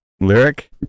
lyric